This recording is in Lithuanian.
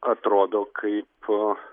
atrodo kaip